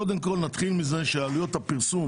קודם כל, נתחיל מזה שעלויות הפרסום